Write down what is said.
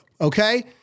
Okay